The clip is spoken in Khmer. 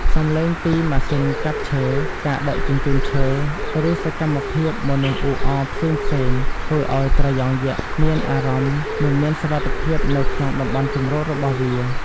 សំឡេងពីម៉ាស៊ីនកាប់ឈើ ការដឹកជញ្ជូនឈើ ឬសកម្មភាពមនុស្សអ៊ូអរផ្សេងៗ ធ្វើឲ្យត្រយងយក្សមានអារម្មណ៍មិនមានសុវត្ថិភាពនៅក្នុងតំបន់ជម្រករបស់វា។